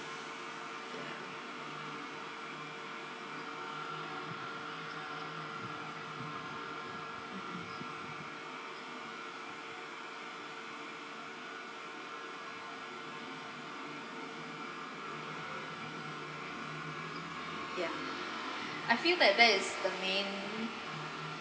ya I feel that that is the main